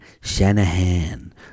Shanahan